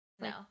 No